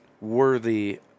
worthy